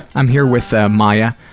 i'm here with ah maia,